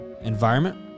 environment